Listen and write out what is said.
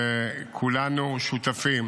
וכולנו שותפים